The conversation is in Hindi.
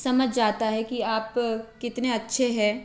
समझ जाता है कि आप कितने अच्छे हैं